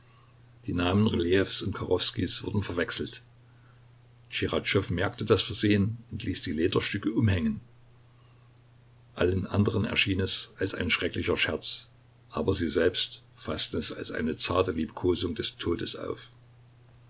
die namen rylejews und kachowskijs wurden verwechselt tschichatschow merkte das versehen und ließ die lederstücke umhängen allen anderen erschien es als ein schrecklicher scherz aber sie selbst faßten es als eine zarte liebkosung des todes auf